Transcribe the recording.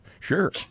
Sure